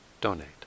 donate